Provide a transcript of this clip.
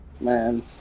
man